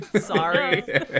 Sorry